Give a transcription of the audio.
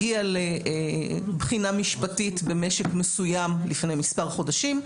הגיע לבחינה משפטית במשק מסוים לפני מספר חודשים,